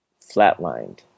flatlined